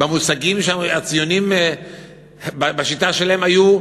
במושגים ובשיטה שלהם הציונים היו: